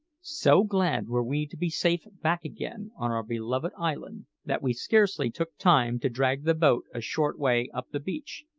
so glad were we to be safe back again on our beloved island that we scarcely took time to drag the boat a short way up the beach,